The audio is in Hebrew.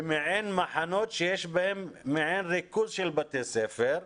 במעין מחנות שיש בהם מעין ריכוז של בתי ספר,